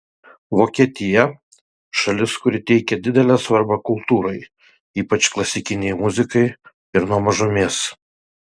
vokietija šalis kuri teikia didelę svarbą kultūrai ypač klasikinei muzikai ir nuo mažumės